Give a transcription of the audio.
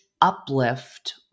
uplift